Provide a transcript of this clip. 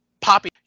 Poppy